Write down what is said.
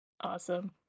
Awesome